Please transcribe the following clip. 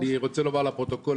אני רוצה לומר לפרוטוקול,